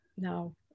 No